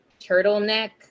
turtleneck